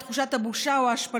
את תחושת הבושה או ההשפלה,